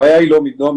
הבעיה היא לא מיטות,